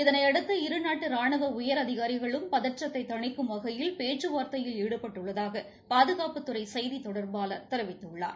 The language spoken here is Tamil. இதனையடுத்து இரு நாட்டு ரானுவ உயரதிகாரிகளும் பதற்றத்தை தணிக்கும் வகையில் பேச்சுவார்த்தையில் ஈடுபட்டுள்ளதாக பாதுகாப்புத்துறை செய்தி தொடர்பளர் தெரிவித்துள்ளார்